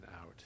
out